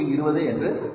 20 என்று வருகிறது